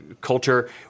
culture